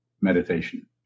Meditation